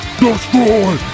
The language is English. destroy